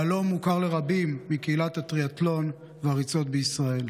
יהלום מוכר לרבים מקהילת הטריאתלון והריצות בישראל.